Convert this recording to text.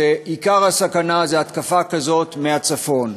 כשעיקר הסכנה הוא התקפה כזאת מהצפון.